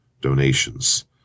donations